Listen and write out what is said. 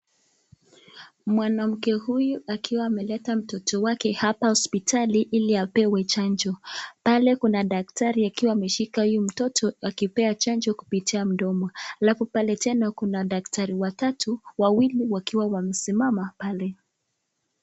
Mwanamke huyu akiwa ameleta mtoto wake hapa hospitali ili apewe chanjo. Pale kuna daktari akiwa ameshika huyu mtoto akipea chanjo kupitia mdomo. Alafu pale tena kuna daktari wawili wakiwa wamesimama pale.